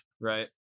Right